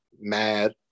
mad